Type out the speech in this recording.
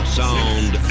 sound